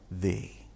thee